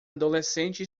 adolescente